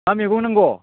मा मैगं नांगौ